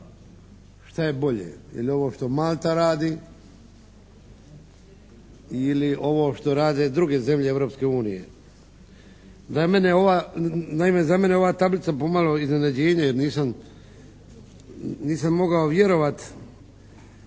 što je bolje, je li ovo što Malta radi ili ovo što rade druge zemlje Europske unije. Za mene ova, naime za mene je ova tablica pomalo iznenađenje jer nisam mogao vjerovat